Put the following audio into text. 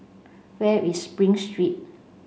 where is Spring Street